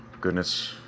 Goodness